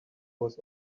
was